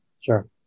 Sure